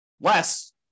less